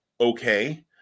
okay